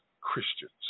Christians